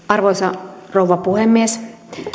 arvoisa rouva puhemies